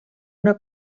una